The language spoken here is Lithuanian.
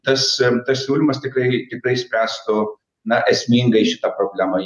tas tas siūlymas tikrai tikrai tikrai spręstų na esmingai šita problema